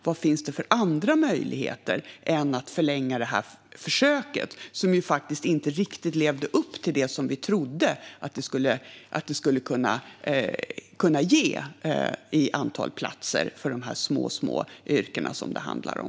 Vad finns det för andra möjligheter än att förlänga det här försöket, som faktiskt inte riktigt levde upp till det som vi trodde när det gällde vad det skulle kunna ge i antal platser för de små, små yrken som det handlar om?